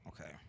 Okay